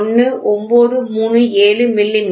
91937 மி